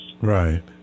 Right